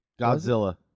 Godzilla